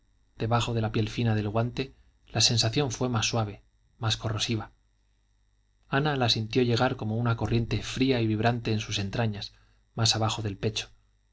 debajo de la piel fina del guante la sensación fue más suave más corrosiva ana la sintió llegar como una corriente fría y vibrante a sus entrañas más abajo del pecho